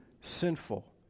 sinful